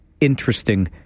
interesting